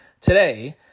today